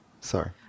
Sorry